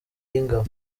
y’ingabo